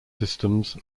systems